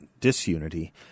disunity